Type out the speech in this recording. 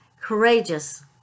courageous